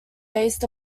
based